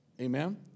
Amen